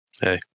Hey